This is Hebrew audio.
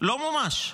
לא מומש.